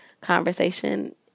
conversation